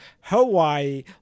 hawaii